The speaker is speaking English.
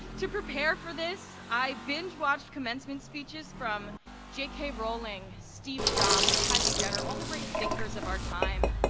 to prepare for this, i binge watched commencement speeches from j k. rowling, steve jobs, kiley jenner, all the great thinkers of our time.